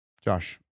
Josh